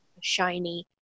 shiny